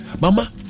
Mama